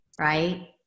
right